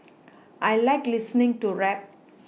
I like listening to rap